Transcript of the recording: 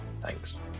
thanks